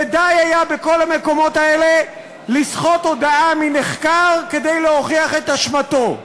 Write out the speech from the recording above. ודי היה בכל המקומות האלה לסחוט הודאה מנחקר כדי להוכיח את אשמתו.